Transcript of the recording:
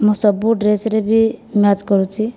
ମୋର ସବୁ ଡ୍ରେସ୍ ରେ ଭି ମ୍ୟାଚ୍ କରୁଛି